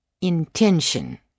intention